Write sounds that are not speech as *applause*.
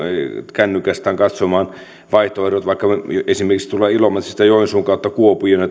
kännykästään katsomaan vaihtoehtonsa vaikka esimerkiksi tulla ilomantsista joensuun kautta kuopioon *unintelligible*